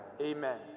Amen